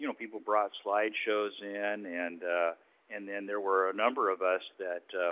you know people brought slide shows in. and and then there were a number of us that,